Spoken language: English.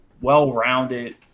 Well-rounded